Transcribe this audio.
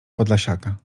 podlasiaka